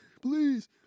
please